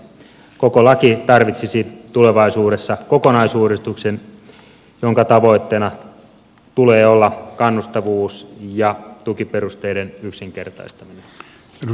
koko laki tarvitsisi tulevaisuudessa kokonaisuudistuksen jonka tavoitteena tulee olla kannustavuus ja tukiperusteiden yksinkertaistaminen